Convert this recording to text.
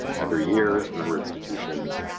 every year member institutions